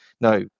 Now